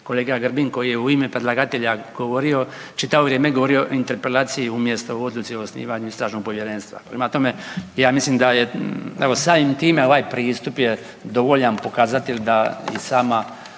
kolega Grbin koji je u ime predlagatelja govorio čitavo vrijeme je govorio o interpelaciji umjesto o odluci o osnivanju istražnog povjerenstva. Prema tome, ja mislim da je evo samim time ovaj pristup je dovoljan pokazatelj da i sama